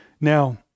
Now